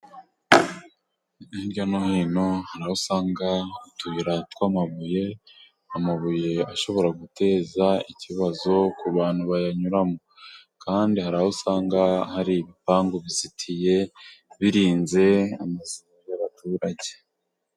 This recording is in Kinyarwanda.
Hirya no hino hari aho usanga utuyira tw'amabuye, amabuye ashobora guteza ikibazo ku bantu bayanyuramo, kandi hari aho usanga hari ibipangu bizitiye, birinze amasambu y'abaturage.